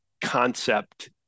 concept